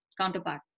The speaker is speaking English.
counterpart